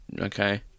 Okay